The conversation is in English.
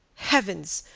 heavens!